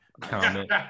comment